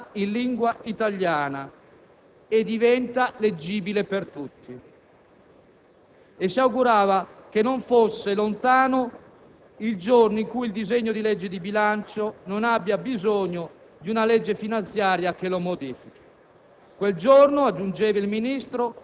«Il bilancio finalmente parla in lingua italiana e diventa leggibile per tutti» e si augurava che non fosse «lontano il giorno in cui il disegno di legge di bilancio (...) non abbia bisogno di una legge finanziaria che lo modifichi.